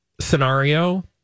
scenario